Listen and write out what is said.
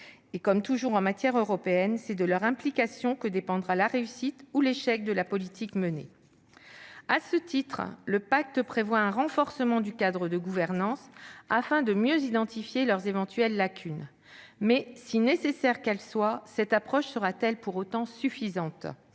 Comme toujours en matière européenne, c'est de leur implication que dépendra la réussite, ou l'échec, de la politique menée. À ce titre, le pacte prévoit un renforcement du cadre de gouvernance afin de mieux identifier les éventuelles lacunes. Si nécessaire soit-elle, cette approche sera-t-elle pour autant suffisante ?